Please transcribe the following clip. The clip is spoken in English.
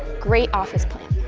great office plant.